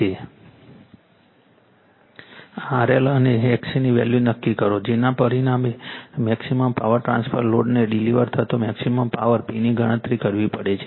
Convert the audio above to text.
RL અને XC ની value નક્કી કરો જેના પરિણામે મેક્સિમમ પાવર ટ્રાન્સફર લોડને ડિલિવર થતો મેક્સિમમ પાવર P ની ગણતરી કરવી પડે છે